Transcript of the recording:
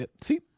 see